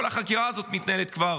כל החקירה הזאת מתנהלת כבר